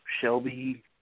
Shelby